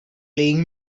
playing